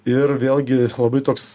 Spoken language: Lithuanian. ir vėlgi labai toks